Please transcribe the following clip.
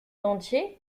dentier